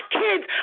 kids